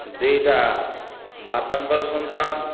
ଦିଟା ମାତାଙ୍କର ସନ୍ତାନ